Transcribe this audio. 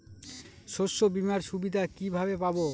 শস্যবিমার সুবিধা কিভাবে পাবো?